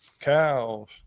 cows